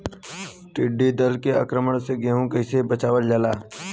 टिडी दल के आक्रमण से गेहूँ के कइसे बचावल जाला?